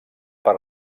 per